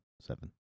Seven